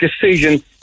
decision